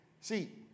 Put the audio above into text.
see